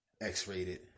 X-rated